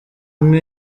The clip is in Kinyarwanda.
umwe